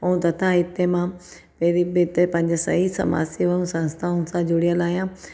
ऐं तथा हिते मां पहिरीं बि हिते पंहिंजी सही समाज सेवाऊं संस्थाऊं सां जुड़ियलु आहियां